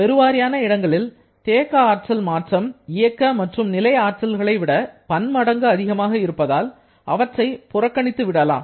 பெருவாரியான இடங்களில் தேக்க ஆற்றல் மாற்றம் இயக்க மற்றும் நிலை ஆற்றல்களைவிட பன்மடங்கு அதிகமாக இருப்பதால் அவற்றை புறக்கணித்து விடலாம்